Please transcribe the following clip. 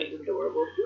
adorable